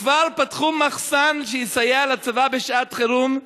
וכבר פתחו מחסן שיסייע לצבא בשעת חירום.